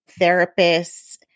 therapists